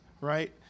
right